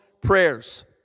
prayers